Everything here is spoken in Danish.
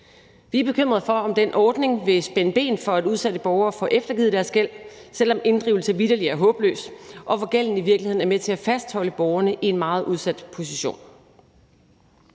Vi er bekymrede for, om den ordning vil spænde ben for, at udsatte borgere får eftergivet deres gæld, selv om en inddrivelse vitterlig er håbløs, og at gælden i virkeligheden er med til at fastholde borgerne i en meget udsat position.